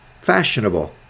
fashionable